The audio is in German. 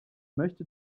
möchte